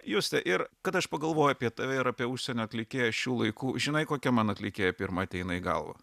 juste ir kada aš pagalvojau apie tave ir apie užsienio atlikėją šių laikų žinai kokia man atlikėja pirma ateina į galvą